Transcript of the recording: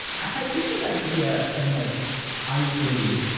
i think this idea and like obviously,